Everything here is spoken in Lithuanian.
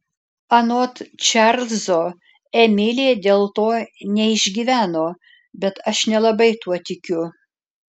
anot čarlzo emilė dėl to neišgyveno bet aš nelabai tuo tikiu